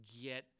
get